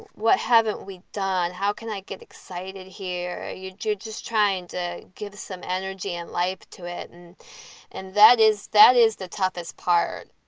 what haven't we done? how can i get excited here? you're you're just trying to give us some energy and life to it. and and that is that is the toughest part.